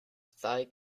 thai